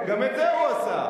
גם את זה הוא עשה.